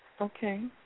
Okay